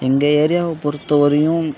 எங்கள் ஏரியாவை பொறுத்த வரையும்